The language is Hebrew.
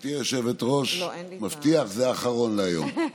גברתי היושבת-ראש, מבטיח, זה האחרון להיום.